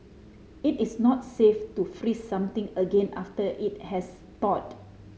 it is not safe to freeze something again after it has thawed